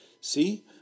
See